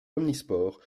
omnisports